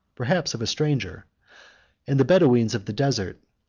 perhaps of a stranger and the bedoweens of the desert,